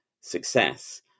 success